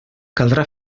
caldrà